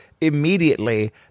immediately